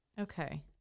Okay